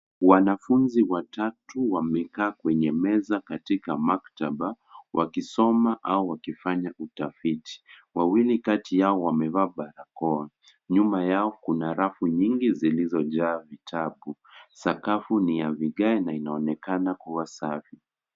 Wanafunzi watatu wamekaa kwenye meza katika maktaba, wakisoma au wakifanya utafiti. Wawili kati yao wamevaa barakoa. Nyuma yao kuna rafu nyingi zilizojaa vitabu. Sakafu ni ya vigae na inaonekana kuwa safi.